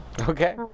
Okay